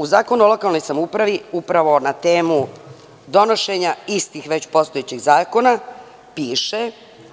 U Zakonu o lokalnoj samoupravi, upravo na temu donošenja istih, već postojećih zakona,